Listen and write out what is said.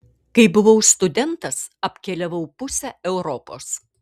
kai buvau studentas apkeliavau pusę europos